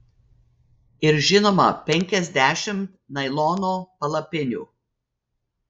ir žinoma penkiasdešimt nailono palapinių